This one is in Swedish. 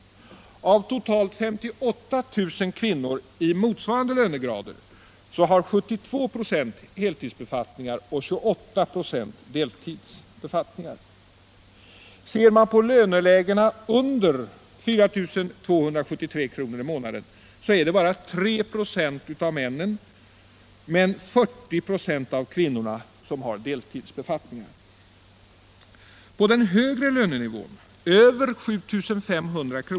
Av totalt 58 000 kvinnor i motsvarande lönegrader har 72 926 heltidsbefattningar och 28 96 deltidsbefattningar. Ser man på lönelägena under 4 273 kr. i månaden finner man att det bara är 3 926 av männen men 40 96 av kvinnorna som har deltidsbefattningar. På den högre lönenivån — över 7 500 kr.